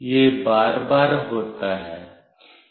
यह बार बार होता है